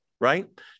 right